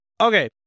Okay